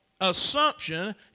assumption